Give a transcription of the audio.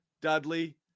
Dudley